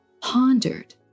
pondered